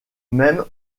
même